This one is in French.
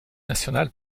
nationales